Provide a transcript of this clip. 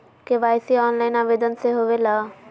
KYC online आवेदन से होवे ला?